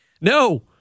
No